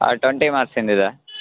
twenty ಮಾರ್ಕ್ಸಿಂದು ಇದೆ